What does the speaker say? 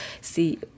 see